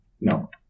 No